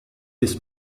this